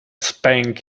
spank